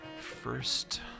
first